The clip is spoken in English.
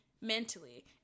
mentally